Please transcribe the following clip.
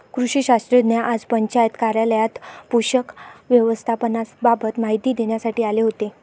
कृषी शास्त्रज्ञ आज पंचायत कार्यालयात पोषक व्यवस्थापनाबाबत माहिती देण्यासाठी आले होते